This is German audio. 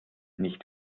nicht